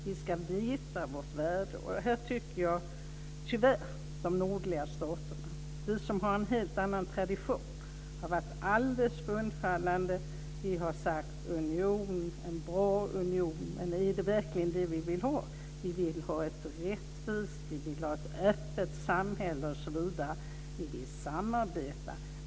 Vi ska veta vårt värde. De nordliga staterna har en helt annan tradition. Tyvärr har vi varit alldeles för undfallande. Vi har talat om en bra union. Men är det verkligen det vi vill ha? Vi vill ha ett rättvist, öppet samhälle osv. Vi vill samarbeta.